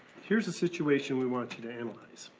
here's a situation we want you to analyze.